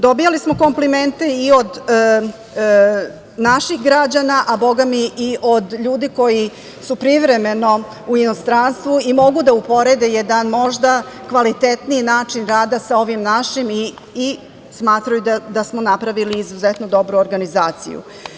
Dobijali smo komplimente i od naših građana, a bogami i od ljudi koji su privremeno u inostranstvu i mogu da uporede jedan možda kvalitetniji način rada sa ovim našim i smatraju da smo napravili izuzetno dobru organizaciju.